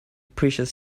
precious